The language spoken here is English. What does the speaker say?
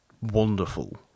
wonderful